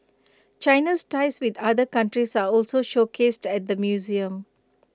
China's ties with other countries are also showcased at the museum